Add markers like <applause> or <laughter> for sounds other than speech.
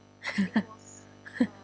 <laughs>